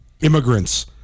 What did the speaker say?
immigrants